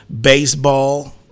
baseball